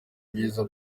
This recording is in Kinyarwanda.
byiza